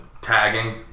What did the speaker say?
tagging